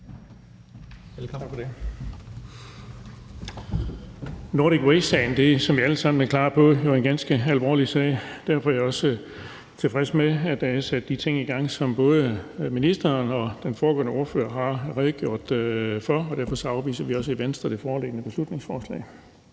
Nordic Waste-sagen er, som vi alle sammen er klar på, en ganske alvorlig sag. Derfor er jeg også tilfreds med, at der er sat de ting i gang, som både ministeren og den foregående ordfører har redegjort for, og derfor afviser vi også i Venstre det foreliggende beslutningsforslag.